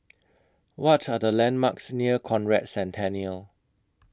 What Are The landmarks near Conrad Centennial